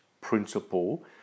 principle